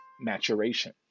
maturation